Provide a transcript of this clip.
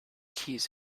keys